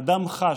כשאדם חש,